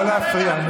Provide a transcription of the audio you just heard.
לא להפריע.